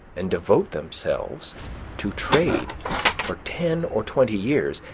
and devote themselves to trade for ten or twenty years,